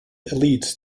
elites